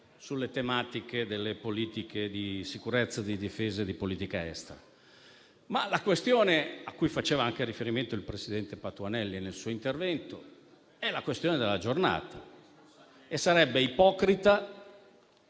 sulle tematiche delle politiche di sicurezza, di difesa e di politica estera. Ma la questione a cui faceva riferimento il senatore Patuanelli nel suo intervento è la questione della giornata e sarebbe ipocrita,